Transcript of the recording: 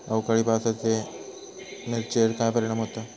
अवकाळी पावसाचे मिरचेर काय परिणाम होता?